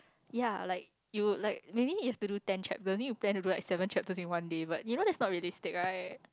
ya like you like maybe you have to do ten chapters then you plan to do like seven chapters in one day but you know that's not realistic right